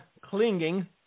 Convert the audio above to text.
clinging